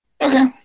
Okay